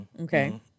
Okay